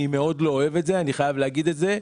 אני מאוד לא אוהב את זה ואני חייב להגיד זאת,